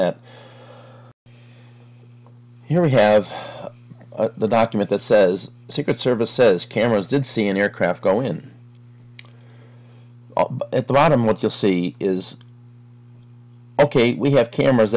that here we have the document that says secret service says cameras did see an aircraft going up at the bottom what you'll see is ok we have cameras